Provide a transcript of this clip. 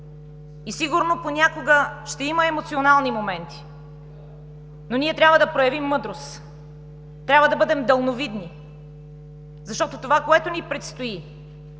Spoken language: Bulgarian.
Сигурно понякога ще има емоционални моменти, но ние трябва да проявим мъдрост, трябва да бъдем далновидни, защото това, което ни предстои